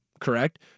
correct